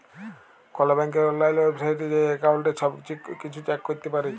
call ব্যাংকের অললাইল ওয়েবসাইটে যাঁয়ে এক্কাউল্টের ছব কিছু চ্যাক ক্যরতে পারি